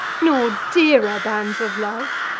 nor dearer bands of love?